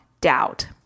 doubt